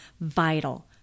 vital